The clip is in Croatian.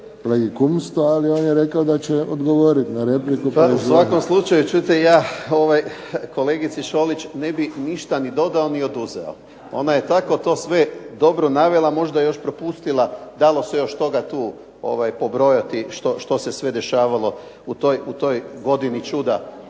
u svakom slučaju čujte je kolegice Šolić ne bih ništa dodao ni oduzeo. Ona je tako to sve navela, možda je nešto propustila, dalo se toga tu pobrojati što se sve dešavalo u toj godini čuda